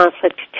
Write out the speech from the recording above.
Conflict